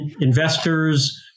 investors